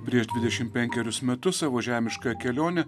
prieš dvidešim penkerius metus savo žemiškąją kelionę